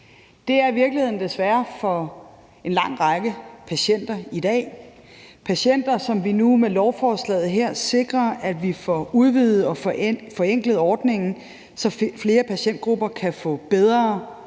Det er virkeligheden, desværre, for en lang række patienter i dag, patienter, for hvem vi nu med lovforslaget her sikrer, at vi får udvidet og forenklet ordningen, så flere patientgrupper kan få bedre